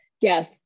Yes